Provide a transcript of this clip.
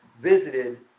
visited